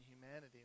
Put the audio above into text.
humanity